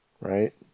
right